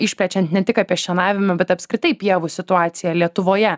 išplečiant ne tik apie šienavimą bet apskritai pievų situaciją lietuvoje